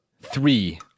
three